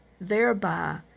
thereby